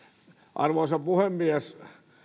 arvoisa puhemies